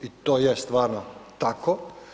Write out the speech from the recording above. I to je stvarno tako.